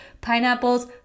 pineapples